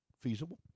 feasible